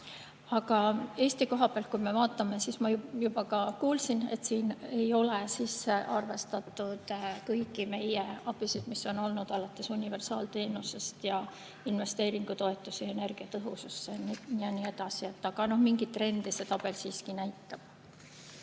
Eesti koha pealt, kui me vaatame, ma juba kuulsin, et siin ei ole sisse arvestatud kõiki meie abisid, mis on olnud, alates universaalteenusest ja investeeringutoetusi energiatõhususse ja nii edasi. Aga mingeid trende see tabel siiski näitab.